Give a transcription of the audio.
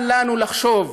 אל לנו לחשוב